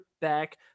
back